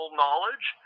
knowledge